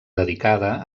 dedicada